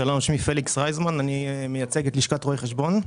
שמי פליקס רייזמן, אני מייצג את לשכת רואי חשבון.